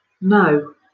No